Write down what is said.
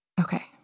Okay